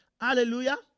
hallelujah